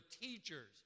teachers